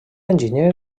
enginyer